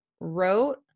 wrote